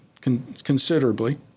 considerably